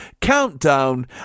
Countdown